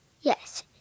Yes